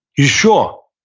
you sure?